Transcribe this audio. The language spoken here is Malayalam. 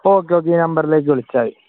ഓക്കെ ഓക്കെ ഈ നമ്പറിലേക്ക് വിളിച്ചാൽ മതി